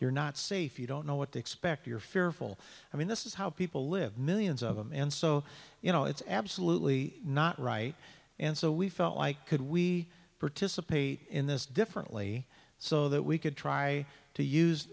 you're not safe you don't know what to expect you're fearful i mean this is how people live millions of them and so you know it's absolutely not right and so we felt like could we participate in this differently so that we could try to use